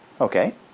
Okay